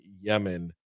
yemen